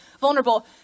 vulnerable